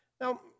Now